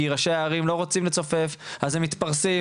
כי ראשי הערים לא רוצים לצופף אז הם מתפרסים.